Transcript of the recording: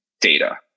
data